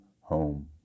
home